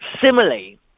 similarly